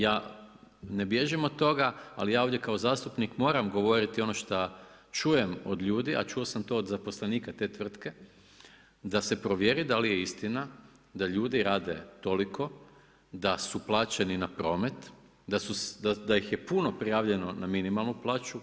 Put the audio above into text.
Ja ne bježim od toga ali ja ovdje kao zastupnik moram govoriti ono šta čujem od ljudi, a čuo sam to od zaposlenika te tvrtke da se provjeri da li je istina da ljudi rade toliko, da su plaćeni na promet, da ih je puno prijavljeno na minimalno plaću.